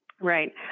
Right